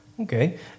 Okay